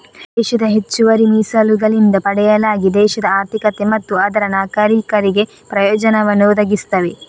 ದೇಶದ ಹೆಚ್ಚುವರಿ ಮೀಸಲುಗಳಿಂದ ಪಡೆಯಲಾಗಿ ದೇಶದ ಆರ್ಥಿಕತೆ ಮತ್ತು ಅದರ ನಾಗರೀಕರಿಗೆ ಪ್ರಯೋಜನವನ್ನು ಒದಗಿಸ್ತವೆ